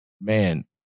man